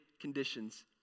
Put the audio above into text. conditions